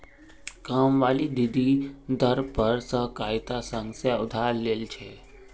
कामवाली दीदी दर पर सहकारिता संघ से उधार ले छे